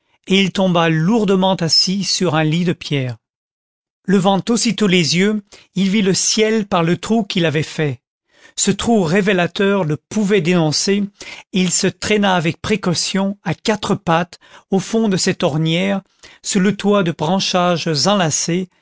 et il tomba lourdement assis sur un lit de pierres levant aussitôt les yeux il vit le ciel par le trou qu'il avait fait ce trou révélateur le pouvait dénoncer et il se traîna avec précaution à quatre pattes au fond de cette ornière sous le toit de branchages enlacés